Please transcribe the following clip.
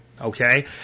okay